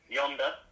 yonder